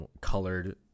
colored